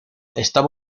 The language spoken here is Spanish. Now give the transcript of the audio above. estaba